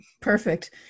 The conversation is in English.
Perfect